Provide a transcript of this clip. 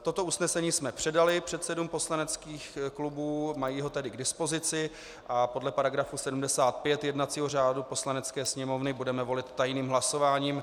Toto usnesení jsme předali předsedům poslaneckých klubů, mají ho k dispozici, a podle § 75 jednacího řádu Poslanecké sněmovny budeme volit tajným hlasováním.